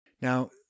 Now